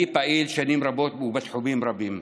אני פעיל שנים רבות ובתחומים רבים.